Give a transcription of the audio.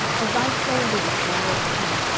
as thy soul liveth, my lord the king,